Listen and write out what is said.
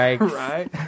Right